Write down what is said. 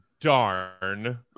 Darn